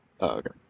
okay